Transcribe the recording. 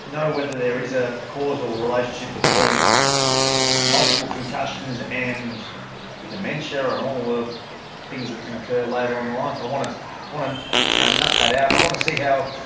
know whether there is a causal relationship between multiple concussions and dementia and all the ah things that can occur later in life. i want to want to yeah nut that out, and i want to see how